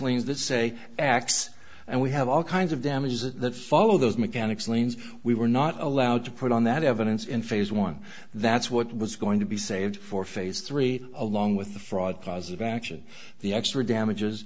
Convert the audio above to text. liens that say x and we have all kinds of damages that follow those mechanics liens we were not allowed to put on that evidence in phase one that's what was going to be saved for phase three along with the fraud cause of action the extra damages